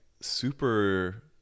super